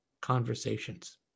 conversations